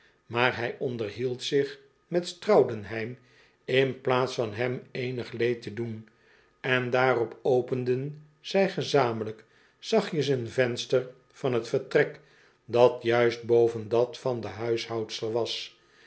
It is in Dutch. maar hij onderhield zich met straudenheim in plaats van hem eenig leed te doen en daarop openden zij gezamenlijk zachtjes een venster van t vertrek dat juist boven dat van de huishoudster was